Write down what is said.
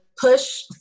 push